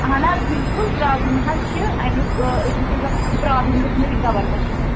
اہن حظ بِلکُل پرٛابلِم حظ چھِ اَمیُک بہٕ چھَس دپان یہِ پرٛابلِم گٔژھ مےٚ رِکَوَر گژھٕنۍ